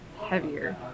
heavier